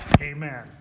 Amen